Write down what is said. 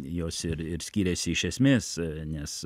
jos ir ir skiriasi iš esmės nes